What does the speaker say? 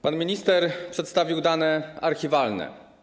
Pan minister przedstawił dane archiwalne.